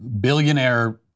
billionaire